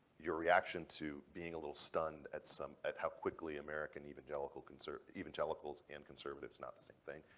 your reaction to being a little stunned at some at how quickly american evangelical conservative evangelicals and conservatives not the same thing,